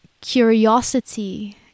curiosity